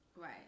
Right